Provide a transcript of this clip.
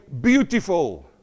beautiful